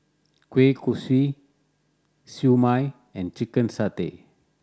kueh kosui Siew Mai and chicken satay